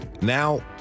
Now